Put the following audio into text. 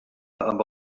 amb